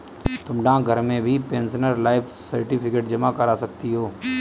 तुम डाकघर में भी पेंशनर लाइफ सर्टिफिकेट जमा करा सकती हो